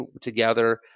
together